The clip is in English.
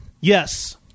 Yes